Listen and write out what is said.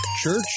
church